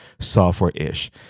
software-ish